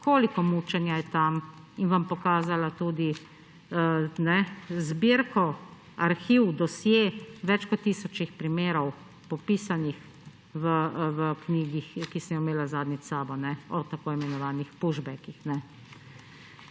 koliko mučenja je tam, in vam pokazala tudi zbirko, arhiv, dosje več kot tisočih primerov popisanih v knjigi, ki sem jo imela zadnjič s seboj o tako imenovanih pushbackih.